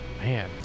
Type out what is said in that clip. Man